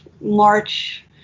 March